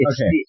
Okay